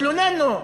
התלוננו,